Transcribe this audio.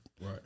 Right